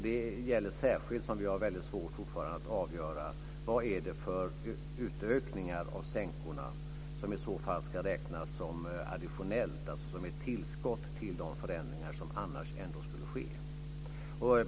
Det gäller särskilt som vi fortfarande har väldigt svårt att avgöra vilka utökningar av sänkorna som i så fall ska räknas som additionella, dvs. som ett tillskott till de förändringar som annars ändå skulle ske.